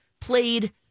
played